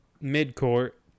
mid-court